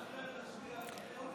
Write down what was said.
רם, שחרר, שחרר אותנו.